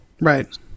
Right